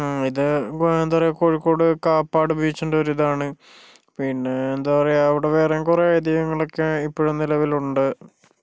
ഇതിപ്പോൾ എന്താ പറയുക കോഴിക്കോട് കാപ്പാട് ബീച്ചിൻ്റെ ഒരിതാണ് പിന്നെ എന്താ പറയുക അവിടെ വേറെയും കുറേ ഐതീഹ്യങ്ങളൊക്കെ ഇപ്പോഴും നിലവിലുണ്ട്